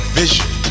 vision